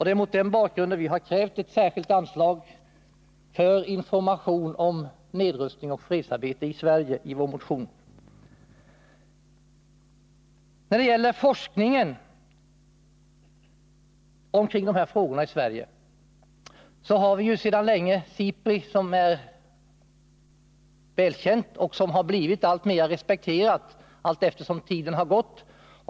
Det är mot denna bakgrund som vi i vår motion krävt ett särskilt anslag för information om nedrustning och fredsarbete i Sverige. När det gäller forskningen kring dessa frågor i Sverige har vi sedan länge SIPRI som är välkänt och som blivit alltmer respekterat allteftersom tiden gått.